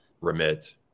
remit